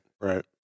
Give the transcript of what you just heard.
right